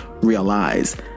realize